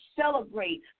celebrate